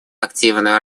активную